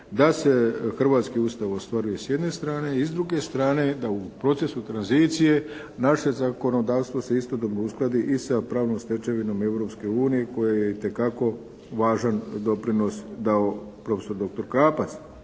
da se hrvatski Ustav ostvaruje s jedne strane. I s druge strane da u procesu tranzicije naše zakonodavstvo se istodobno uskladi i sa pravnom stečevinom Europske unije kojoj je itekako važan doprinos dao profesor doktor Krapac.